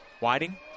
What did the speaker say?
Whiting